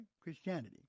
Christianity